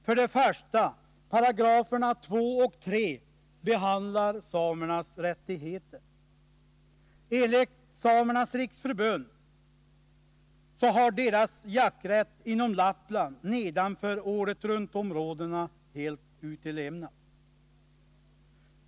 För det första: 2 och 3 §§ behandlar samernas rättigheter. Enligt vad Samernas riksförbund uppger så har samernas jakträtt inom Lappland nedanför åretruntområdena helt utelämnats.